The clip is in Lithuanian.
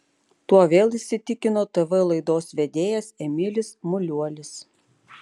tuo vėl įsitikino tv laidos vedėjas emilis muliuolis